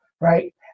right